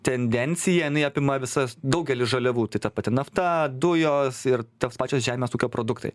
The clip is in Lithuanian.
tendencija jinai apima visas daugelį žaliavų tai ta pati nafta dujos ir tos pačios žemės ūkio produktai